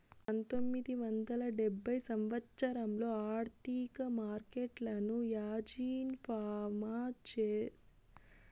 పంతొమ్మిది వందల డెబ్భై సంవచ్చరంలో ఆర్థిక మార్కెట్లను యాజీన్ ఫామా స్థాపించాడు